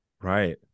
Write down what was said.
right